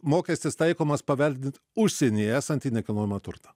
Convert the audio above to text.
mokestis taikomas paveldint užsienyje esantį nekilnojamą turtą